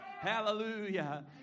Hallelujah